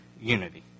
unity